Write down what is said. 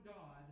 God